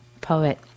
poet